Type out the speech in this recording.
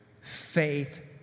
Faith